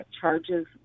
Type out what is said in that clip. charges